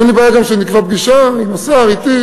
אין לי גם בעיה שנקבע פגישה, עם השר, אתי.